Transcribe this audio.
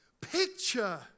picture